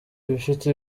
ifite